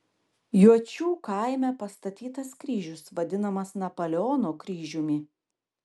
juočių kaime pastatytas kryžius vadinamas napoleono kryžiumi